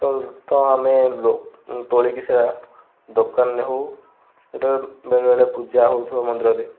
ତ ଆମେ ତୋଳିକି ସେଇଆ ଦୋକାନରେ ହଉ ସେତେବେଳେ ବେଳେବେଳେ ପୂଜା ହେଉଥିବ ମନ୍ଦିରରେ